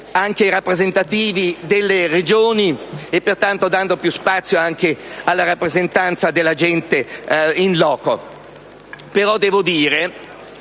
anche rappresentativi delle Regioni e pertanto dando più spazio anche alla rappresentanza della popolazione *in loco*. Però devo dire